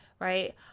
right